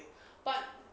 but